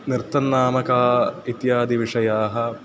नृत्तन्नाम का इत्यादिविषयाः